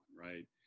right